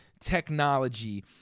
technology